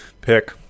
pick